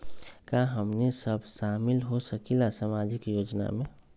का हमनी साब शामिल होसकीला सामाजिक योजना मे?